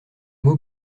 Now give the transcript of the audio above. mot